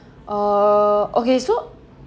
err okay so